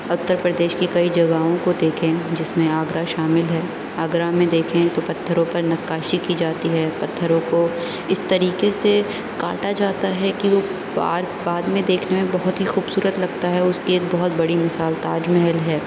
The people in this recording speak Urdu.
اتر پردیش کی کئی جگہوں کو دیکھیں جس میں آگرہ شامل ہے آگرہ میں دیکھیں تو پتھروں پر نقاشی کی جاتی ہے پتھروں کو اس طریقے سے کاٹا جاتا ہے کہ وہ بار بعد میں دیکھنے میں بہت ہی خوبصورت لگتا ہے اس کی ایک بہت بڑی مثال تاج محل ہے